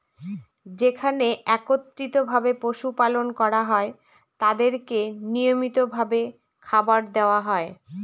যেখানে একত্রিত ভাবে পশু পালন করা হয় তাদেরকে নিয়মিত ভাবে খাবার দেওয়া হয়